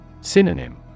Synonym